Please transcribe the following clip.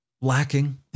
lacking